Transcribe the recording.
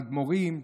אדמו"רים,